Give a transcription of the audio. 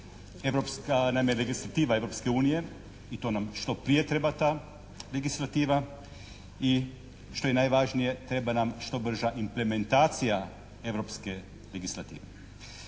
europska, naime legislativa Europske unije i to nam što prije treba ta legislativa. I što je najvažnije treba nam što brža implementacija europske legislative.